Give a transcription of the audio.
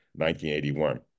1981